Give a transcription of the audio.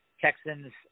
Texans